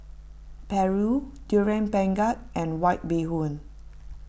Paru Durian Pengat and White Bee Hoon